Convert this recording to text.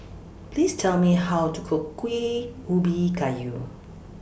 Please Tell Me How to Cook Kuih Ubi Kayu